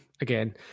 again